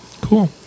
Cool